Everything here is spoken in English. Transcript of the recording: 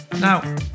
now